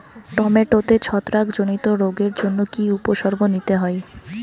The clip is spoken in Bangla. টমেটোতে ছত্রাক জনিত রোগের জন্য কি উপসর্গ নিতে হয়?